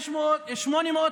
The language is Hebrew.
תאפשר לו לסיים, חבר הכנסת אמסלם.